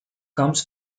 comes